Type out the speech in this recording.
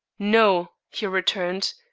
no, he returned,